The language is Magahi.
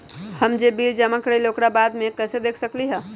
हम जे बिल जमा करईले ओकरा बाद में कैसे देख सकलि ह?